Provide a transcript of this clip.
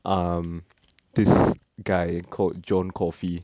um this guy called john coffey